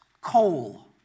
coal